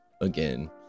again